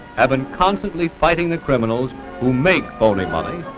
have been constantly fighting the criminals who make phony money,